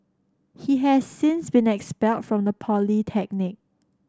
he has since been expelled from the polytechnic